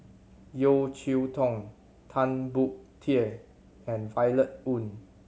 Yeo Cheow Tong Tan Boon Teik and Violet Oon